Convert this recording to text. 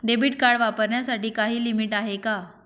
Debit card वापरण्यासाठी काही limit आहे का?